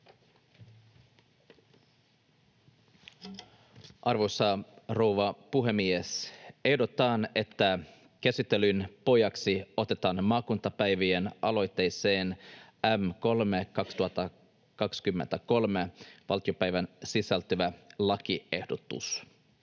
Arvoisa rouva puhemies! Ehdotan, että käsittelyn pohjaksi otetaan maakuntapäivien aloitteeseen M 3/2023 valtiopäiviltä sisältyvä lakiehdotus.